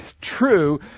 true